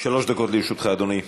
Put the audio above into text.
שלוש דקות לרשותך, אדוני.